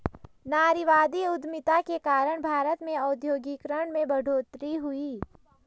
नारीवादी उधमिता के कारण भारत में औद्योगिकरण में बढ़ोतरी हुई